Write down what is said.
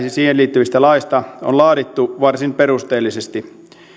siihen liittyvistä laeista on laadittu varsin perusteellisesti